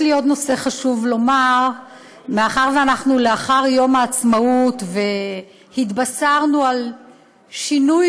יש לי עוד נושא חשוב: מאחר שאנחנו לאחר יום העצמאות והתבשרנו על שינוי,